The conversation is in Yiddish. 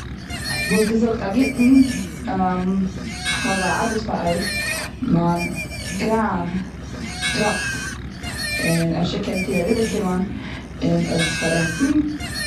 כ'וואלט געזאגט א גוטן כ'האב א ארבעט פאר אייך, מיין קראן טראפט. און, אפשר קענט איר אריבערקומען און עס פארעכטן?